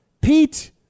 Pete